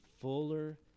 fuller